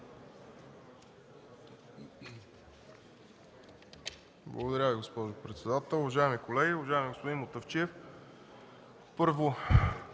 Благодаря Ви, госпожо председател. Уважаеми колеги! Уважаеми господин Мутафчиев, първо,